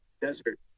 desert